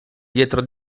dietro